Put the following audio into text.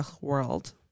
world